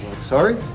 sorry